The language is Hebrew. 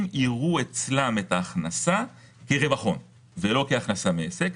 יראו אצלם את ההכנסה כרווח הון ולא כהכנסה מעסק.